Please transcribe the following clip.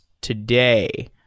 today